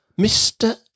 Mr